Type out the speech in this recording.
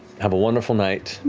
have a wonderful night,